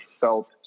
felt